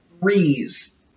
threes